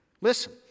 Listen